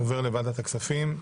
עובר לוועדת הכספים.